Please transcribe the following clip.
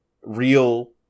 real